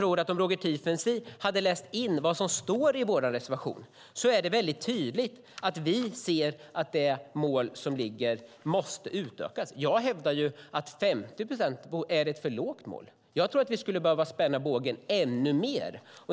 Om Roger Tiefensee hade läst in vad som står i vår reservation hade han insett att det är väldigt tydligt att vi ser att det mål som ligger måste utökas. Jag hävdar att 50 procent är ett för lågt mål. Jag tror att vi skulle behöva spänna bågen ännu mer.